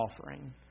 offering